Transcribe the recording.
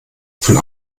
von